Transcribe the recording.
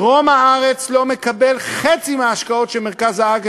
דרום הארץ לא מקבל חצי מההשקעות שמרכז הארץ